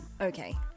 Okay